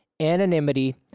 anonymity